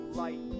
light